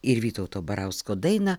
ir vytauto barausko dainą